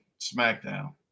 smackdown